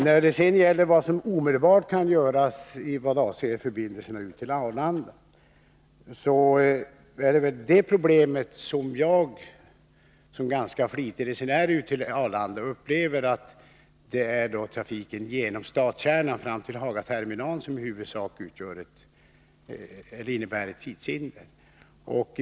När det gäller vad som skall göras omedelbart i vad avser förbindelserna ut till Arlanda är problemet såsom jag, som ganska flitig resenär ut till Arlanda, upplever det, att det i huvudsak är trafiken genom stadskärnan fram till Hagaterminalen som innebär ett tidshinder.